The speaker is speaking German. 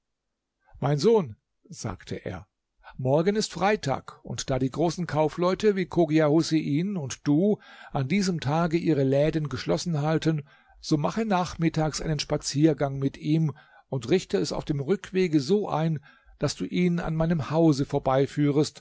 mein sohn sagte er morgen ist freitag und da die großen kaufleute wie chogia husein und du an diesem tage ihre läden geschlossen halten so mache nachmittags einen spaziergang mit ihm und richte es auf dem rückwege so ein daß du ihn an meinem hause vorbeiführest